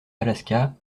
alaska